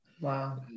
Wow